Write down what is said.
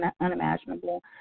unimaginable